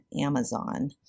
Amazon